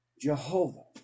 Jehovah